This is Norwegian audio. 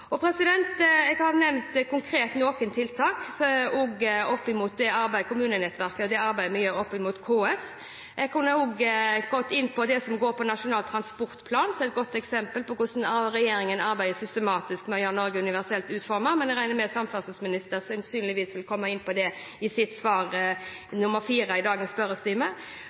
Jeg nevnte konkret tiltak opp mot arbeidet med kommunenettverk i KS. Jeg kunne også gått inn på det som går på Nasjonal transportplan, som er et godt eksempel på hvordan regjeringen arbeider systematisk med å gjøre Norge universelt uformet, men jeg regner med at samferdselsministeren – sannsynligvis – vil komme inn på det i sitt svar på spørsmål 4 i dagens spørretime.